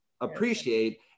appreciate